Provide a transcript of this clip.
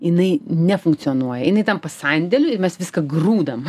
jinai nefunkcionuoja jinai tampa sandėliu ir mes viską grūdam